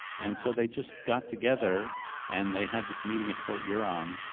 and so they just got together and they had this meeting at port huron,